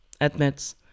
admits